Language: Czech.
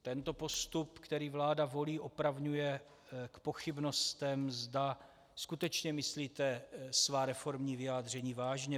Tento postup, který vláda volí, opravňuje k pochybnostem, zda skutečně myslíte svá reformní vyjádření vážně.